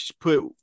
put